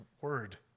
word